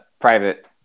Private